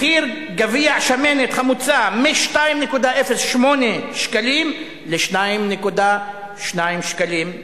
מחיר גביע שמנת חמוצה, מ-2.08 שקלים ל-2.2 שקלים,